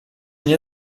nie